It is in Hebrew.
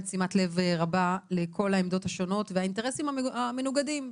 שימת לב רבה לכל העמדות השונות והאינטרסים המנוגדים.